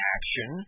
Action